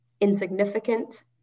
insignificant